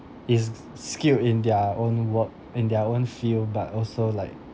is skilled in their own work in their own field but also like